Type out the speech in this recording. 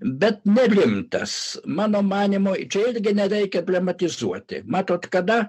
bet nerimtas mano manymu čia irgi nereikia dramatizuoti matot kada